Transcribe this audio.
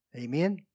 Amen